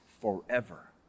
forever